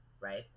right